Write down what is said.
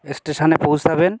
স্টেশনে পৌঁছাবেন